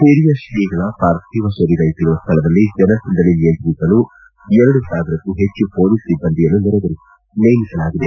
ಹಿರಿಯ ಶ್ರೀಗಳ ಪಾರ್ಥಿವ ಶರೀರ ಇಟ್ಲಿರುವ ಸ್ವಳದಲ್ಲಿ ಜನಸಂದಣಿ ನಿಯಂತ್ರಿಸಲು ಎರಡು ಸಾವಿರಕ್ಕೂ ಹೆಚ್ಚು ಹೊಲೀಸ್ ಸಿಬ್ಲಂದಿ ನೇಮಿಸಲಾಗಿದೆ